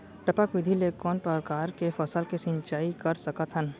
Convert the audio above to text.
टपक विधि ले कोन परकार के फसल के सिंचाई कर सकत हन?